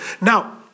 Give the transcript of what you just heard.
Now